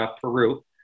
Peru